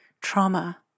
trauma